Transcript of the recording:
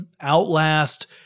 Outlast